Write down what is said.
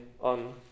on